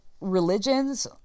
religions